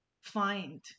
find